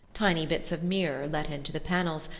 tiny bits of mirror let into the panels,